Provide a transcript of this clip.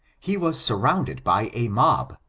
he was surrounded by a mob,